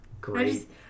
Great